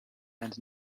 and